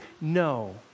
no